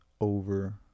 over